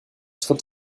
tritt